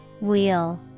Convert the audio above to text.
Wheel